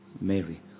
Mary